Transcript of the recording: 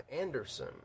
Anderson